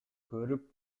көрүп